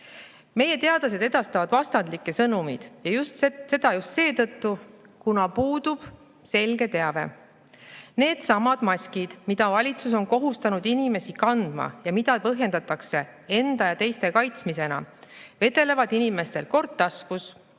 teadlased edastavad vastandlikke sõnumeid ja seda just seetõttu, kuna puudub selge teave. Needsamad maskid, mida valitsus on kohustanud inimesi kandma ja mida põhjendatakse enda ja teiste kaitsmisega, vedelevad inimestel kord taskus,